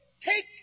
take